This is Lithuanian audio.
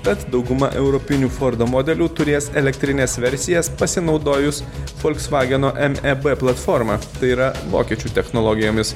tad dauguma europinių fordo modelių turės elektrines versijas pasinaudojus folksvageno m e b platforma tai yra vokiečių technologijomis